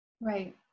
right